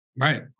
Right